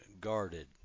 guarded